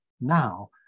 now